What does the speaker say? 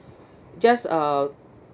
just uh